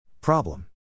Problem